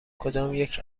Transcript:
کدامیک